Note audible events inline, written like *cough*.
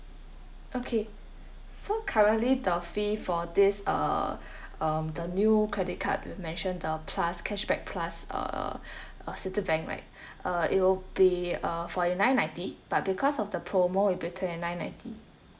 okay so currently the fee for this uh *breath* um the new credit card you mention the plus cashback plus uh *breath* uh Citibank right *breath* uh it will be uh forty nine ninety but because of the promo it'll be twenty nine ninety